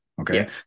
Okay